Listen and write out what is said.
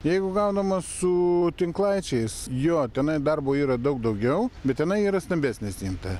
jeigu gaunama su tinklaičiais jo tenai darbo yra daug daugiau bet tenai yra stambesnė stinta